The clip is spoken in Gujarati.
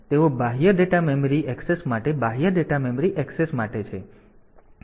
તેથી તેઓ બાહ્ય ડેટા મેમરી એક્સેસ માટે બાહ્ય ડેટા મેમરી એક્સેસ માટે છે